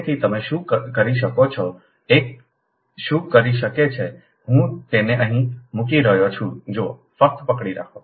તેથી તમે શું કરી શકો છો એક શું કરી શકે છે તે હું તેને અહીં મૂકી રહ્યો છું જુઓ ફક્ત પકડી રાખો